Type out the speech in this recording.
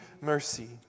mercy